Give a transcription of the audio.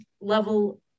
level